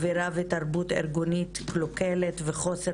אווירה ותרבות ארגונית קלוקלת וחוסר